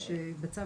בצו